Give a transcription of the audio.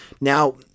Now